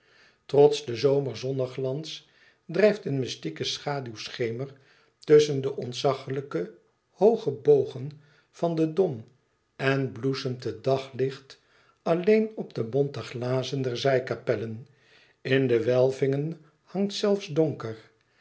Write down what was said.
trots den zomerzonneglans drijft een mystieke schaduwschemer tusschen de ontzachlijke hooge bogen van den dom en bloesemt het daglicht alleen op de bonte glazen der zijkapellen in de welvingen hangt zelfs donker